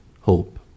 hope